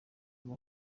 uva